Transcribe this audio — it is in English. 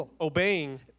obeying